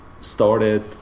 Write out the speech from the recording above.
started